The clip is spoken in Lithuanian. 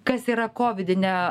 kas yra kovidinė